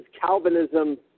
Calvinism